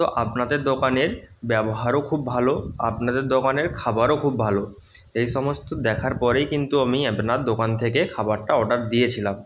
তো আপনাদের দোকানের ব্যবহারও খুব ভালো আপনাদের দোকানের খাবারও খুব ভালো এই সমস্ত দেখার পরেই কিন্তু আমি আপনার দোকান থেকে খাবারটা অর্ডার দিয়েছিলাম